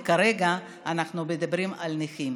וכרגע אנחנו מדברים על נכים.